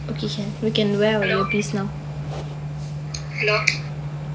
okay we can wear our earpiece now